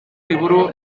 liburu